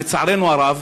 לצערנו הרב,